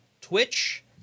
Twitch